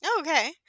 Okay